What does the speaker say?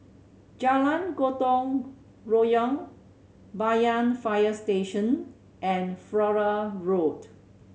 Jalan Gotong Royong Banyan Fire Station and Flora Road